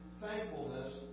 thankfulness